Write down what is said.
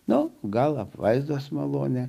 na gal apvaizdos malonę